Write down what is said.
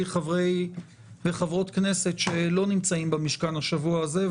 חברי וחברות כנסת שלא נמצאים במשכן השבוע הזה.